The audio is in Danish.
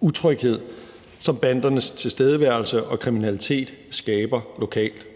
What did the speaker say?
utryghed, som bandernes tilstedeværelse og kriminalitet skaber lokalt.